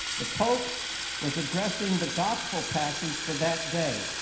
the pope was addressing the gospel passage for that day.